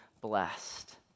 blessed